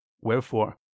Wherefore